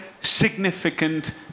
significant